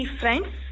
friends